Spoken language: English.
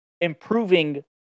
improving